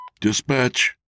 Dispatch